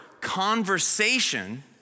conversation